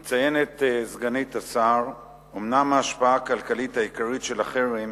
מציינת סגנית השר: אומנם ההשפעה הכלכלית העיקרית של החרם